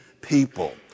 people